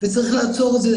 וצריך לעצור את זה,